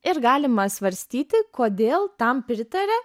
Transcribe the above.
ir galima svarstyti kodėl tam pritaria